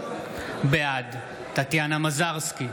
בעד טטיאנה מזרסקי,